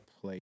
play